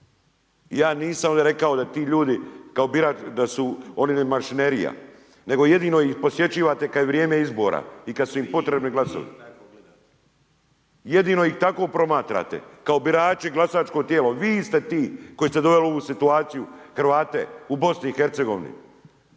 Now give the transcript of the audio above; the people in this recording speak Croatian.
Ja nisam ovdje rekao da ti ljudi, da su oni mašinerija, nego jedino ih posjećivate kad je vrijeme izbora i kad su im potrebni glasovi. …/Upadica se ne čuje./… Jedino ih tako promatrate, kao birače, glasačko tijelo, vi ste ti koji ste doveli u ovu situaciju Hrvate u BiH.